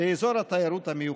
באזור התיירות המיוחד,